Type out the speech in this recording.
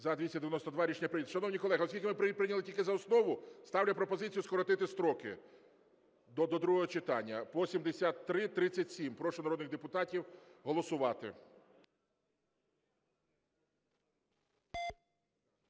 За-292 Рішення прийнято. Шановні колеги, оскільки ми прийняли тільки за основу. Ставлю пропозицію скоротити строки до другого читання по 7337. Прошу народних депутатів голосувати.